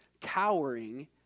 cowering